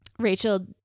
Rachel